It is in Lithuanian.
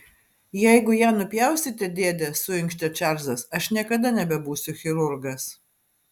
jeigu ją nupjausite dėde suinkštė čarlzas aš niekada nebebūsiu chirurgas